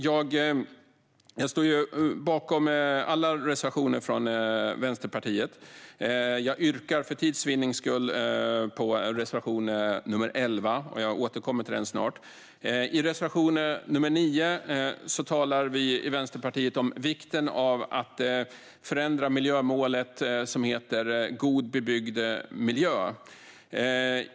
Jag står bakom alla reservationer från Vänsterpartiet. Jag yrkar för tids vinnande bifall endast till reservation nr 11 - jag återkommer snart till den. I reservation nr 9 talar vi i Vänsterpartiet om vikten av att förändra miljömålet God bebyggd miljö.